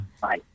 Bye